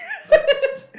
okay